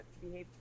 behavior